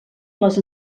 les